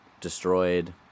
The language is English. destroyed